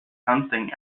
hunting